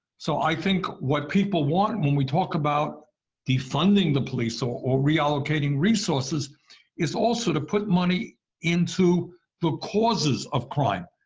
so i think what people want when we talk about defunding the police or or reallocating resources is also to put money into the causes of crime.